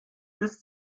bis